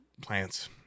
plants